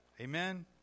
Amen